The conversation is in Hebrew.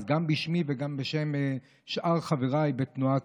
אז גם בשמי וגם בשם שאר חבריי בתנועת